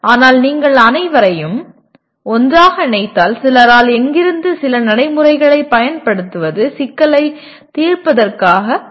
ஆனால் நீங்கள் அனைவரையும் ஒன்றாக இணைத்தால் சிலரால் எங்கிருந்தும் சில நடைமுறைகளைப் பயன்படுத்துவது சிக்கலைத் தீர்ப்பதாகக் கருதப்படுகிறது